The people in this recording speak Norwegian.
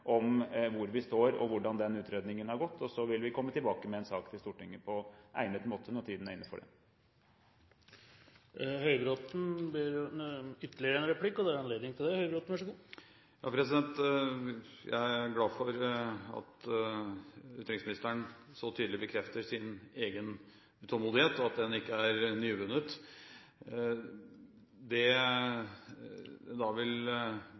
om hvor vi står, og hvordan den utredningen har gått, og så vil vi komme tilbake med en sak til Stortinget på egnet måte når tiden er inne for det. Jeg er glad for at utenriksministeren så tydelig bekrefter sin egen utålmodighet, og at den ikke er nyvunnet. Det jeg vil